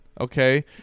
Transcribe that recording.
okay